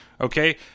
Okay